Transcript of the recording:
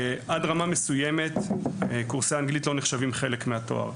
עד רמה מסוימת קורסי האנגלית לא נחשבים חלק מהתואר.